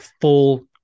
full